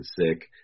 sick